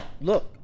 Look